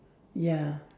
ya